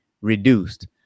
reduced